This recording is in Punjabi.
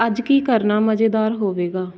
ਅੱਜ ਕੀ ਕਰਨਾ ਮਜ਼ੇਦਾਰ ਹੋਵੇਗਾ